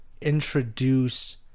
introduce